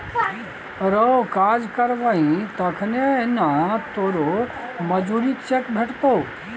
रौ काज करबही तखने न तोरो मजुरीक चेक भेटतौ